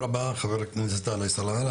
תודה רבה חבר הכנסת עלי סלאלחה.